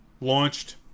launched